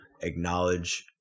acknowledge